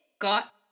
got